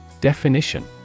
Definition